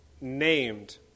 named